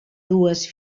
dues